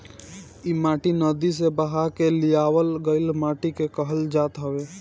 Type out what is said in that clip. इ माटी नदी से बहा के लियावल गइल माटी के कहल जात हवे